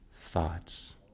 thoughts